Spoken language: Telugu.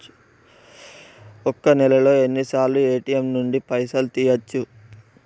ఒక్క నెలలో ఎన్నిసార్లు ఏ.టి.ఎమ్ నుండి పైసలు తీయచ్చు?